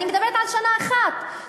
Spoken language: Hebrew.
ואני מדברת על שנה אחת,